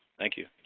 thank you.